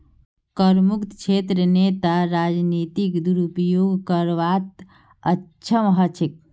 करमुक्त क्षेत्रत नेता राजनीतिक दुरुपयोग करवात अक्षम ह छेक